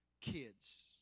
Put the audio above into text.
kids